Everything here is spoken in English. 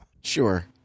sure